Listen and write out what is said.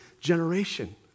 generation